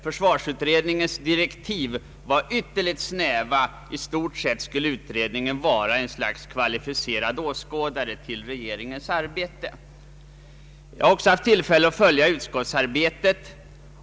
Försvarsutredningens direktiv var ytterligt snäva. I stort sett skulle utredningen vara ett slags kvalificerad åskådare till regeringens arbete. Jag har även haft tillfälle att följa utskottsarbetet.